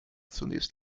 zunächst